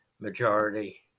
majority